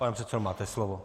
Pane předsedo, máte slovo.